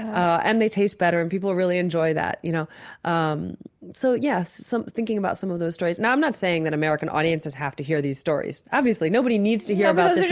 ah and they taste better, and people really enjoy that. you know um so, yes, thinking about some of those stories. now i'm not saying that american audiences have to hear these stories. obviously, nobody needs to hear about